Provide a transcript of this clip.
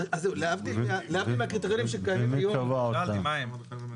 אז להבדיל מהקריטריונים שקיימים היום -- שאלתי מה הם?